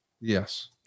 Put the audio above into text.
Yes